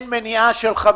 המליץ.